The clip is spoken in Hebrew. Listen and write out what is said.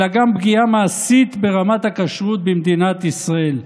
אלא גם פגיעה מעשית ברמת הכשרות במדינת ישראל.